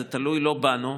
זה תלוי לא בנו,